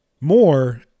more